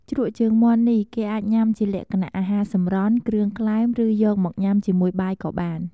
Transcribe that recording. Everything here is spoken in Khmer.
ជ្រក់ជើងមាន់នេះគេអាចញ៉ាំជាលក្ខណៈ អាហាសម្រន់ គ្រឿងក្លែម ឬ យកមកញ៉ាំជាមួយបាយក៏បាន។